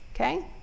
okay